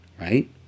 right